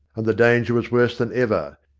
and the danger was worse than ever.